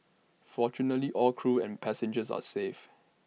fortunately all crew and passengers are safe